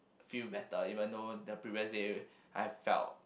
feel better even though the previous day I felt